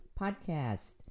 Podcast